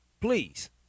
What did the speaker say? Please